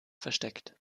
versteckt